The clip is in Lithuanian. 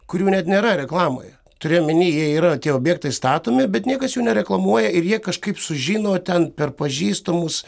kurių net nėra reklamoje turiu omeny jie yra tie objektai statomi bet niekas jų nereklamuoja ir jie kažkaip sužino ten per pažįstamus